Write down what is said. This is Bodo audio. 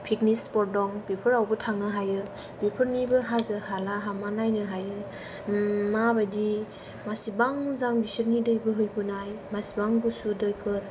पिकनिक स्पट दं बेफोरावबो थांनो हायो बेफोरनिबो हाजो हाला हामा नायनो हायो माबायदि मासिबां मोजां बिसोरनि दै बोहैबोनाय एसिबां गुसु दैफोर